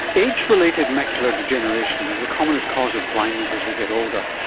age-related macular degeneration is the commonest cause of blindness as we get older,